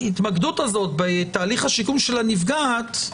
ההתמקדות בתהליך השיקום של הנפגעת,